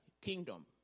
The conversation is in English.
kingdom